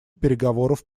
переговоров